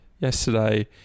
yesterday